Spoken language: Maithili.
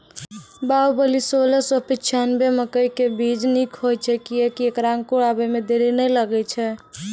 बाहुबली सोलह सौ पिच्छान्यबे मकई के बीज निक होई छै किये की ऐकरा अंकुर आबै मे देरी नैय लागै छै?